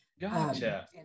Gotcha